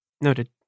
Noted